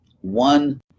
one